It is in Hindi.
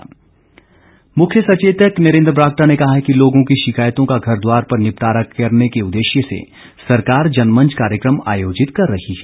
नरेन्द्र बरागटा मुख्य सचेतक नरेन्द्र बरागटा ने कहा है कि लोगों की शिकायतों का घर द्वार पर निपटारा करने के उद्देश्य से सरकार जनमंच कार्यक्रम आयोजित कर रही है